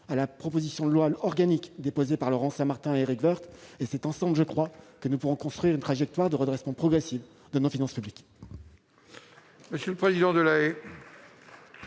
à la proposition de loi organique déposée par Laurent Saint-Martin et Éric Woerth. C'est ensemble que nous pourrons construire une trajectoire de redressement progressif de nos finances publiques.